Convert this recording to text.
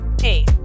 hey